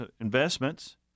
investments